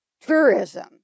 tourism